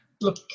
Look